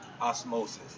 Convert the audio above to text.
osmosis